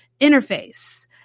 interface